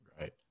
right